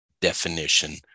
definition